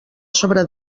sobre